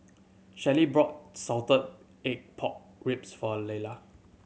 Shelley brought salted egg pork ribs for